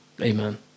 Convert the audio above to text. Amen